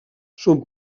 són